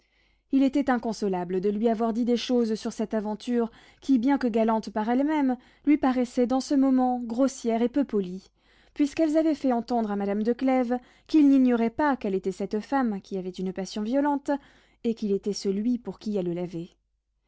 il était inconsolable de lui avoir dit des choses sur cette aventure qui bien que galantes par elles-mêmes lui paraissaient dans ce moment grossières et peu polies puisqu'elles avaient fait entendre à madame de clèves qu'il n'ignorait pas qu'elle était cette femme qui avait une passion violente et qu'il était celui pour qui elle